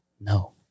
no